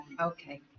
Okay